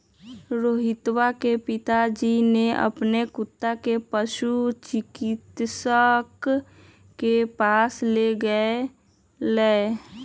रोहितवा के पिताजी ने अपन कुत्ता के पशु चिकित्सक के पास लेगय लय